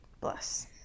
Bless